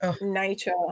nature